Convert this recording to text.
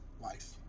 life